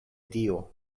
dio